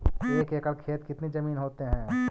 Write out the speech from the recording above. एक एकड़ खेत कितनी जमीन होते हैं?